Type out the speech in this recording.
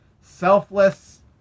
selfless